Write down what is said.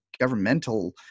governmental